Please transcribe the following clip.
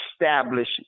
establish